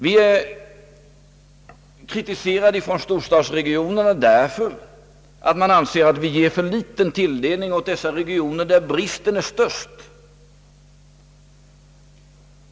Vi kritiseras från storstadsregionerna därför att man anser att vi ger för liten tilldelning åt dessa regioner där bostadsbristen är störst.